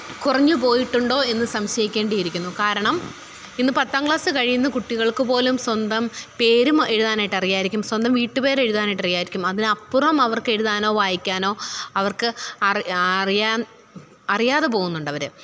കുറഞ്ഞു പോയിട്ടുണ്ടോ എന്ന് സംശയിക്കേണ്ടി ഇരിക്കുന്നു കാരണം ഇന്ന് പത്താം ക്ലാസ് കഴിയുന്ന കുട്ടികള്ക്ക് പോലും സ്വന്തം പേര് എഴുതാനായിട്ട് ആയാരിക്കും സ്വന്തം വീട്ടു പേരെഴുതാനായിട്ട് ആയാരിക്കും അതിന് അപ്പുറം അവര്ക്ക് എഴുതാനോ വായിക്കാനോ അവര്ക്ക് അറിയാന് അറിയാതെ പോവുന്നുണ്ട് അവർ